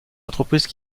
entreprises